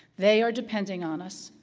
they are depending on us.